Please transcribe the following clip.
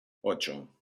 ocho